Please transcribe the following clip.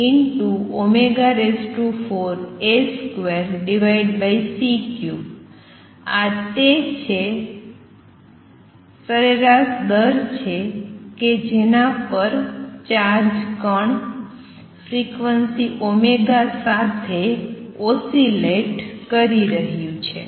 આ તે સરેરાશ દર છે કે જેના પર ચાર્જ કણ ફ્રીક્વન્સી ω સાથે ઓસિલેટ કરી રહ્યું છે